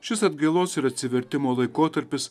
šis atgailos ir atsivertimo laikotarpis